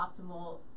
optimal